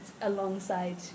alongside